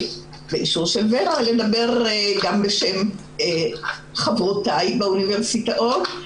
באישור של ור"ה לדבר גם בשם חברותיי באוניברסיטאות.